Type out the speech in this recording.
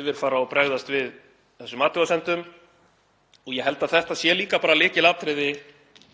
yfirfara og bregðast við þessum athugasemdum. Ég held að þetta sé líka bara lykilatriði